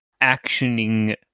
actioning